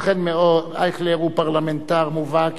אייכלר הוא פרלמנטר מובהק,